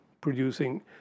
producing